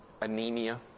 Anemia